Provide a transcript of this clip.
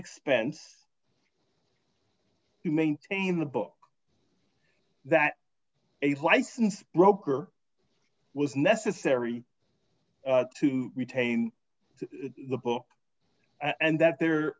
expense to maintain a book that a license broker was necessary to retain the book and that there